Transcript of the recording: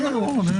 בסדר גמור.